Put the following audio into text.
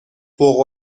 فوق